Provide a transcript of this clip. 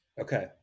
okay